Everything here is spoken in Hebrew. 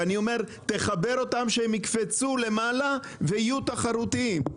ואני אומר תחבר אותם שהם יקפצו למעלה ויו תחרותיים,